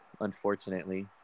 unfortunately